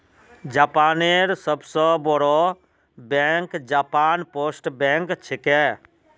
जापानेर सबस बोरो बैंक जापान पोस्ट बैंक छिके